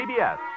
CBS